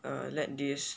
uh let this